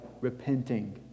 repenting